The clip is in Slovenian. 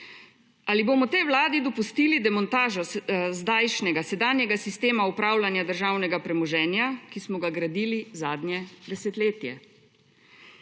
Ali bomo tej Vladi dopustili demontažo zdajšnjega, sedanjega sistema upravljanja državnega premoženja, ki smo ga gradili zadnje desetletje.